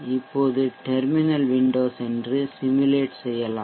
இப்போது terminal window சென்று simulate செய்யலாம்